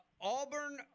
Auburn